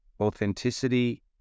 authenticity